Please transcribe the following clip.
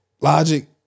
Logic